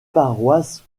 paroisses